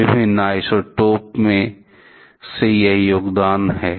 विभिन्न आइसोटोप से यह योगदान है